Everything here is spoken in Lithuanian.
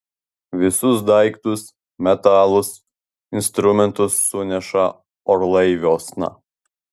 visus daiktus metalus instrumentus suneša orlaiviuosna